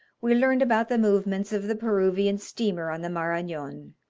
we learned about the movements of the peruvian steamer on the maranon